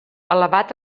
elevat